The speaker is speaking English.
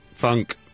Funk